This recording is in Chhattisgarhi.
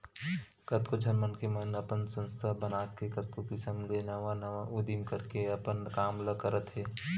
कतको झन मनखे मन ह अपन संस्था बनाके कतको किसम ले नवा नवा उदीम करके अपन काम ल करत हे